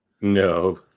No